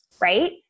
right